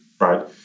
right